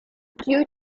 due